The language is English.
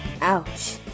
Ouch